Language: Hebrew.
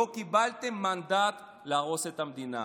לא קיבלתם מנדט להרוס את המדינה.